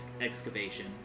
excavation